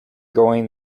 going